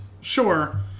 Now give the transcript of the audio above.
sure